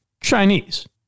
Chinese